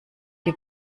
die